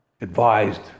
advised